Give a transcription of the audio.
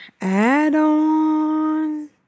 add-on